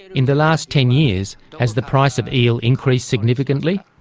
in the last ten years has the price of eel increased significantly?